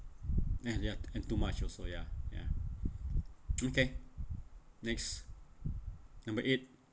and ya and too much also ya ya okay next number eight